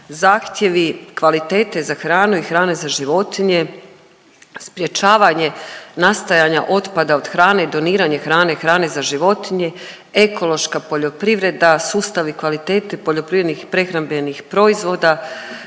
zahtjevi kvalitete za hranu i hrane za životinje, sprječavanje nastajanja otpada od hrane, doniranje hrane, hrane za životinje, ekološka poljoprivreda, sustavi kvalitete poljoprivrednih i prehrambenih proizvoda,